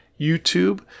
YouTube